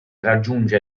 raggiunge